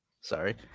Sorry